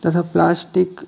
तथा प्लास्टिक